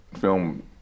film